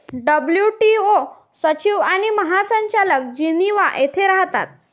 WTO सचिव आणि महासंचालक जिनिव्हा येथे राहतात